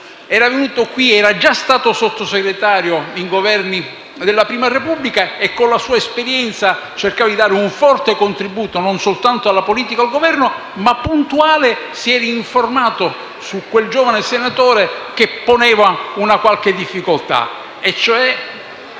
mutasse; era già stato Sottosegretario in Governi della Prima Repubblica e, con la sua esperienza, cercava di dare un forte contributo alla politica e al Governo - puntualmente si era informato su quel giovane senatore che poneva una qualche difficoltà.